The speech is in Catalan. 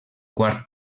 quart